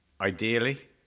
Ideally